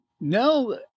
No